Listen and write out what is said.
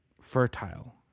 fertile